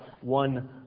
one